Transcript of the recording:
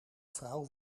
vrouw